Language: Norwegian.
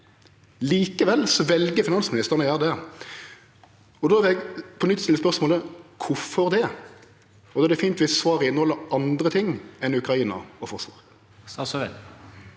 Likevel vel finansministeren å gjere det. Då vil eg på nytt stille spørsmålet: Kvifor det? Det er fint om svaret inneheld andre ting enn Ukraina og forsvar.